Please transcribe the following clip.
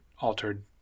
altered